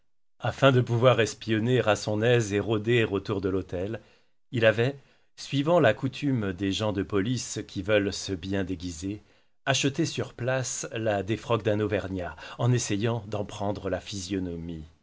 afin de pouvoir espionner à son aise et rôder autour de l'hôtel il avait suivant la coutume des gens de police qui veulent se bien déguiser acheté sur place la défroque d'un auvergnat en essayant d'en prendre la physionomie